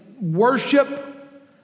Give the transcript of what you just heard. worship